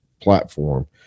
platform